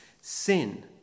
sin